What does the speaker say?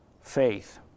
faith